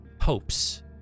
hopes